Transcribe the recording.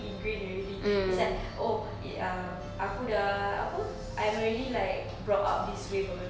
ingrained already it's like oh eh um aku dah apa I'm already like brought up this way from my